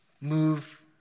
move